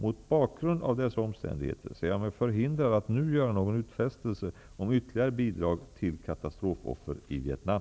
Mot bakgrund av dessa omständigheter ser jag mig förhindrad att nu göra någon utfästelse om ytterligare bidrag till katastrofoffer i Vietnam.